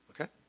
Okay